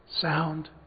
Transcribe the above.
Sound